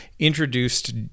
Introduced